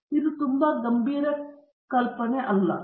ಆದ್ದರಿಂದ ಇದು ತುಂಬಾ ಗಂಭೀರ ಕಲ್ಪನೆ ಅಲ್ಲ